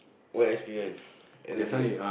what experience at the elderly ah